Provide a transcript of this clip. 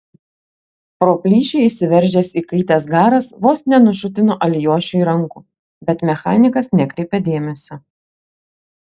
pro plyšį išsiveržęs įkaitęs garas vos nenušutino alijošiui rankų bet mechanikas nekreipė dėmesio